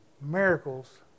miracles